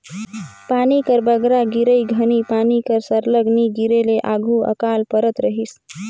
पानी कर बगरा गिरई घनी पानी कर सरलग नी गिरे ले आघु अकाल परत रहिस